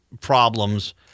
problems